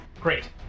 Great